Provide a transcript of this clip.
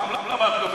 גם לא בתקופה שלי.